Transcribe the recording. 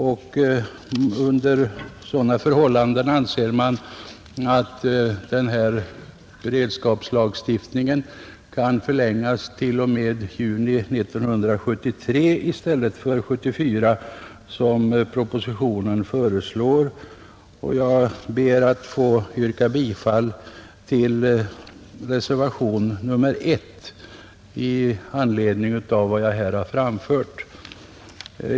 Om så sker anser man att beredskapslagstiftningen kan förlängas t.o.m. juni månad 1973 i stället för t.o.m. juni månad 1974, som föreslås i propositionen. Herr talman! Med det anförda ber jag att få yrka bifall till reservationen 1.